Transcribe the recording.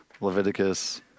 Leviticus